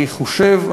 אני חושב,